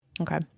Okay